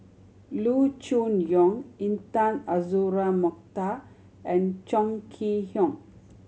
Loo Choon Yong Intan Azura Mokhtar and Chong Kee Hiong